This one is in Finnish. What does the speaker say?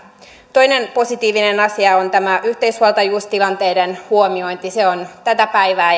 toinen positiivinen asia on tämä yhteishuoltajuustilanteiden huomiointi se on tätä päivää